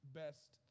best